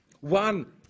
one